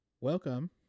Welcome